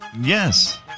Yes